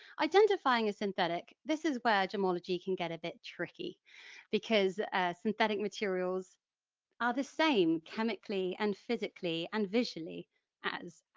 identifying a synthetic, this is where gemmology can get a bit tricky because synthetic materials are the same, chemically and physically and visually as